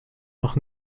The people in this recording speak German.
noch